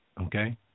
okay